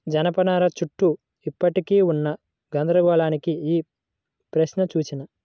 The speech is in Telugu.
జనపనార చుట్టూ ఇప్పటికీ ఉన్న గందరగోళానికి ఈ ప్రశ్న సూచన